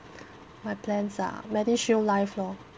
my plans ah medishield life lor